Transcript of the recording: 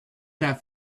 that